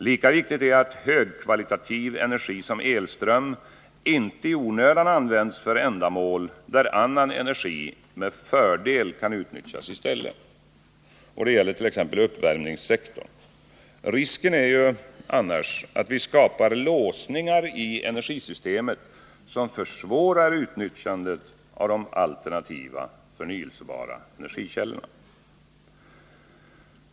Lika viktigt är att högkvalitativ energi som elström inte i onödan används för ändamål där annan energi med fördel kan utnyttjas i stället. Det gäller t.ex. uppvärmningssektorn. Risken är annars att vi skapar låsningar i energisystemet som försvårar utnyttjandet av de alternativa, förnyelsebara energikällorna.